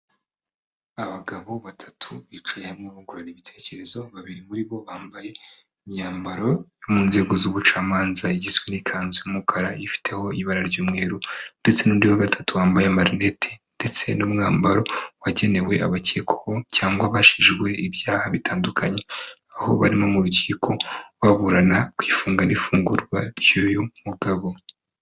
Abagabo batatu bicaye hamwe bungurana ibitekerezo babiri muri bo bambaye imyambaro yo mu nzego z'ubucamanza igizwe n'ikanzu y'umukara ifiteho ibara ry'umweru ndetse n'undi wa gatatu wambaye amarinete ndetse n'umwambaro wagenewe abakekwaho cyangwa bajijijwe ibyaha bitandukanye aho bari mu rukiko baburana ku ifunga n'ifungurwa ry'uyu mugabo.